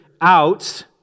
out